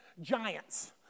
giants